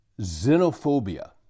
Xenophobia